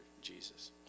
Jesus